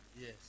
Yes